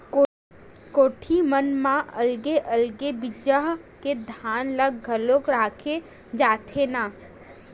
कोठी मन म अलगे अलगे बिजहा के धान ल घलोक राखे जाथेन